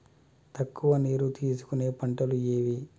తక్కువ నీరు తీసుకునే పంటలు ఏవి?